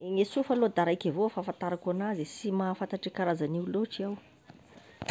Gne sofa aloha da raiky evao e fahafantarako anazy, sy mahafantary karazagn'io loatry aho.